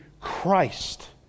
Christ